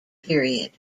period